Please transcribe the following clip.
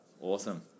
Awesome